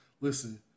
listen